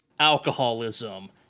alcoholism